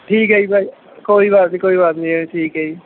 ਠੀਕ ਹੈ ਜੀ ਭਾਅ ਜੀ ਕੋਈ ਬਾਤ ਨਹੀਂ ਕੋਈ ਬਾਤ ਨਹੀਂ ਐਨ ਠੀਕ ਹੈ